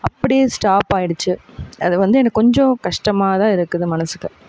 அப்படியே ஸ்டாப் ஆகிடுச்சு அதுவந்து எனக்கு கொஞ்சம் கஷ்டமாகதான் இருக்குது மனதுக்கு